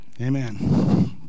Amen